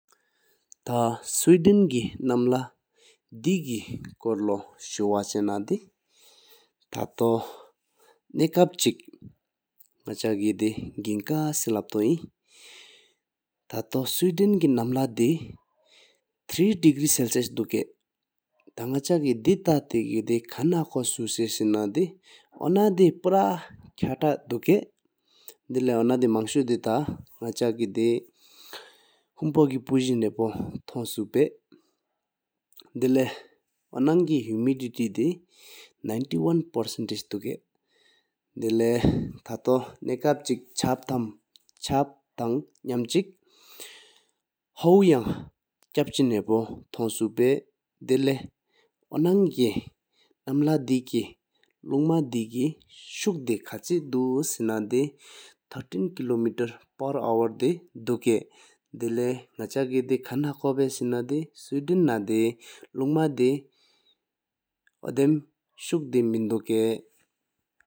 ཐ། ཨི། སུའི་ཌེན་གེ་རྣམ་ལ་དེ་ཀེ་སྐོར་ལ་ཤུ་བ་ཆེ་ན་དེ་ཐ་ཐོ་ནག་སྤྲང་བར་སེམས་མ་ཆག་པ་དེ་ གིན་ཀ་སེ་ ལ་སྦྲོད་ཨིན་དེ་ཐ་ཐོ། སུའི་ཌེན་གེ་རྣམ་ལ་དེ་ གསུམ་རྡེགི་རི་འབྲུ་དུ་ཀར། ཐ། ནག་སྤྲང་བར་སེམས་མ་ཆག་པ་དེ་ཐ་ཐོ་དེ་ཁ་ཨན་ཧ་ཁོ་ཧཱ་ས་ས་ས་ས་སེ་ ན་དེ་ཨོ་ན་དེ་ཕུ་ར་ཁ་ཏ་དུ་ཀ། དེ་ལེའོ་ཨ་ན་དེ་མང་ཤུ་དེ་རྷ་ནག་སྤྲང་བར་ཀར་ ཧོང་པོ་སེའམ་ཡུལ་སྤྱིར། ཀི་ པུར་ཟིང་ཧ་བོ་ཐོང་ཤ་ཕ། དེ་ལེའོ་ཨ་ན་གི་ ནང་ཀེ་ ཧི་མ་དི་ཏི་དེ་དོར། དགོས། དེ་ལེའོ་ནག་སྤྲང་བར་གྱི་གྲུ་བོ་ཚུགས་ཀ་གྲྷ། བོ་ཐོན དེ་ལེའོ་རང་གི་ང་ རྣམ་ལ་དེ་ཀེ་ལུང་མ་དེ་ཀེ་ ཤི་དེ་བཀྷའ་དུ་ སེམས་མ་ཆག་པ་དེ་ ས་ནང་ག་བོ་ནས་ ཉི་ཉམས་བྱ་ཡི་དེ་ལེཚས་ཀེ་རྣོང་ནས་རེ་བོ་ཚུགས་སྦྲོད་ཀ་རྣོང་ནས། དེ་ལེའོ་རང་གི་ང་ ལུང་མ་དེ་ཐ་ཐོ་ནག་སྤྲང་བ་སེམས་མ་ཆག་པ་དེ་ཐ་ཐོ་ནང་ག་ཐོང་ཞི་བཏང་ཁར། དེ་ལེའོ་ནག་སྤྲང་བར་སེམས་མ་ཆག་པ་དེ་ཐ་ཐོ་སྐད་རྡེ་དུ་ནས་ ཟུགས་ཀ་ར་ཉི་ལས་རུ་འབྱིན་མོ་རལ་སུམ་རྒྱུད་ཀོ་ནས་བདེཟེམ་གེ་དོ་རྣོ་རི།